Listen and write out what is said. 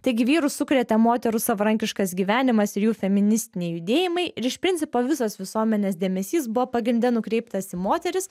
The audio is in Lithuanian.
taigi vyrus sukrėtė moterų savarankiškas gyvenimas ir jų feministiniai judėjimai ir iš principo visas visuomenės dėmesys buvo pagrinde nukreiptas į moteris